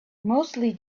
mostly